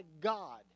God